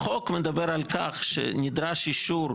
החוק מדבר על כך שנדרש אישור.